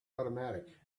automatic